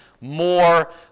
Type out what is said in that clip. more